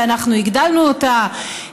ואנחנו הגדלנו אותה,